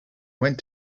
went